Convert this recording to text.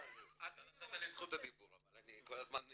אתה נתת לי את זכות הדיבור אבל אני כל הזמן נקטע.